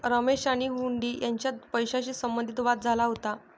रमेश आणि हुंडी यांच्यात पैशाशी संबंधित वाद झाला होता